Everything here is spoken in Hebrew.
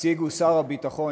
הציגו שר הביטחון,